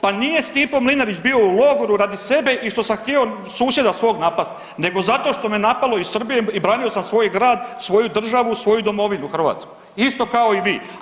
Pa nije Stipo Mlinarić bio u logoru radi sebe i što sam htio susjeda svog napast, nego zato što me napalo iz Srbije i branio sam svoj grad, svoju državu, svoju domovinu Hrvatsku, isto kao i vi.